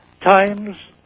Times